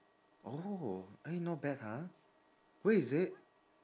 oh eh not bad !huh! where is it